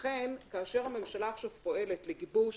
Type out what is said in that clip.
לכן, כאשר הממשלה עכשיו פועלת לגיבוש